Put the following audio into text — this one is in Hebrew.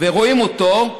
ורואים אותו,